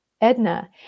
Edna